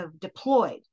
deployed